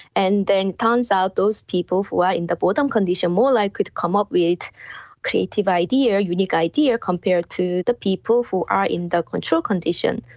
and it turns out those people who are in the boredom condition are more likely to come up with creative ideas, unique ideas, compared to the people who are in the control conditions.